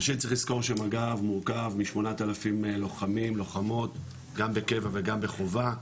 ראשית צריך לזכור שמג"ב מורכב מ-8,000 לוחמים לוחמות גם בקבע וגם בחובה,